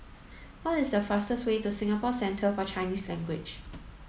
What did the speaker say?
what is the fastest way to Singapore Centre For Chinese Language